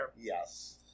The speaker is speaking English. Yes